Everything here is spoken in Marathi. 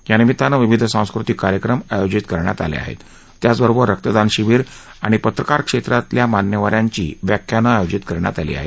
यानिमित्ताने विविध सांस्कृतिक कार्यक्रम आयोजित करण्यात आले आहेत त्याचबरोबर रक्तदान शिबिर आणि पत्रकार क्षेत्रातील मान्यवरांची व्याख्यानं आयोजित करण्यात आली आहेत